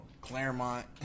Claremont